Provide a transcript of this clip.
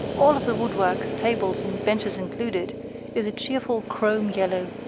all of the woodwork tables and benches included is a cheerful chrome yellow.